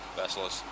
vessels